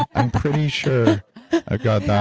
i'm pretty sure i got that